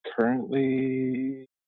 currently